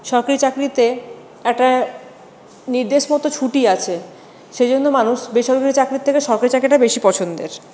সরকারি চাকরিতে একটা নির্দেশ মতো ছুটি আছে সেই জন্য মানুষ বেসরকারি চাকরির থেকে সরকারি চাকরিটা বেশি পছন্দের